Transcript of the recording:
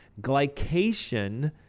Glycation